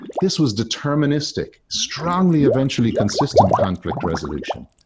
this was deterministic, strongly eventually consistent conflict resolution.